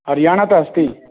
हरियाणातः अस्ति